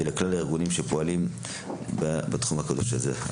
ולכלל הארגונים הפועלים בתחום הקדוש הזה.